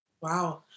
Wow